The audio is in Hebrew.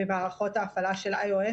במערכות הפעלה של IOS,